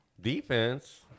Defense